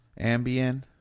Ambien